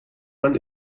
man